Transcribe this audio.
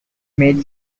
made